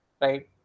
Right